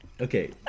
Okay